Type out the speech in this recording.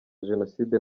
jenoside